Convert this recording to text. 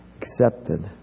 accepted